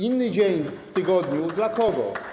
Inny dzień w tygodniu dla kogo?